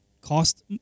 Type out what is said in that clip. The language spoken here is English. cost